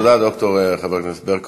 תודה, ד"ר חברת הכנסת ברקו.